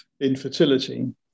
infertility